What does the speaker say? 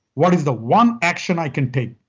what is the one action i can take,